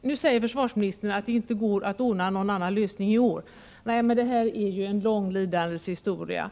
Nu säger försvarsministern att det inte går att ordna någon annan lösning i år än den nämnda. Nej, men detta ärende har ett långt lidandes historia.